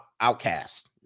outcast